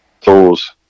tools